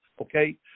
okay